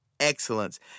excellence